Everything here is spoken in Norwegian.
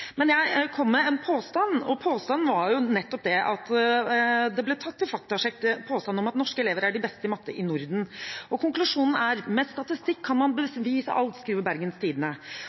men når det ikke går så bra, er det ikke så nøye likevel. Jeg kom med en påstand, og det var jo nettopp at påstanden om at norske elever er de beste i matte i Norden, ble tatt i faktasjekk. Konklusjonen er: «Med statistikk kan man bevise alt», skriver Bergens Tidende.